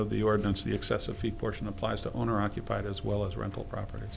of the ordinance the excessive heat portion applies to owner occupied as well as rental property